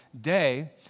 day